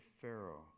Pharaoh